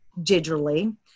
digitally